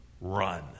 Run